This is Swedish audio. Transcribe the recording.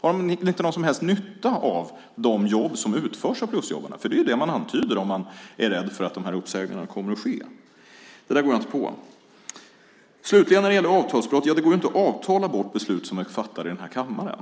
Har de inte någon som helst nytta av de jobb som utförs av plusjobbarna? Det är ju det man antyder om man är rädd för att dessa uppsägningar kommer att sättas i verket. Det där går jag inte på. När det gäller avtalsbrott slutligen: Det går ju inte att avtala bort beslut som är fattade i denna kammare!